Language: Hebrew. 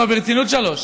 לא, ברצינות שלוש.